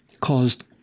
caused